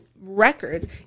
records